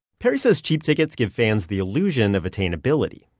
perry said cheap tickets give fans the illusion of attainability.